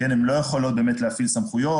הן לא יכולות באמת להפעיל סמכויות,